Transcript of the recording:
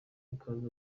ikaze